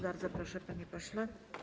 Bardzo proszę, panie pośle.